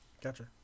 Gotcha